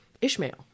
Ishmael